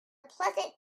pleasant